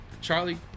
Charlie